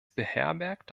beherbergt